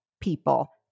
people